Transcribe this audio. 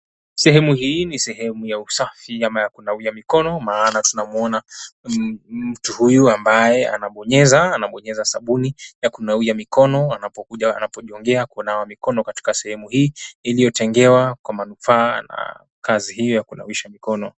Sehemu hii ni sehemu ya usafi ama ya kunawia mikono maana tunamuona mtu huyu ambae anabonyeza, anabonyeza sabuni ya kunawia mikono wanapojongea kunawa mikono katika sehemu hii iliyotengewa kwa manufaa ya kazi hiyo ya kunawisha mikono.